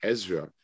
Ezra